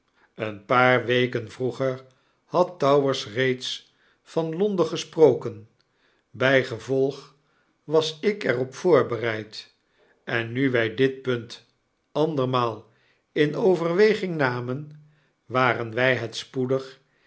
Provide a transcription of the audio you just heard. een paar weken vroeger had towers reeds van l o n d e n gesproken bygevolg was ik er op voorbereid en nu wy dit punt andermaal in overweging namen waren wij het spoedig